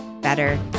better